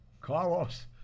Carlos